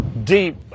deep